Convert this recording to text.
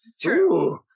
True